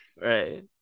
right